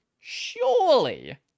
surely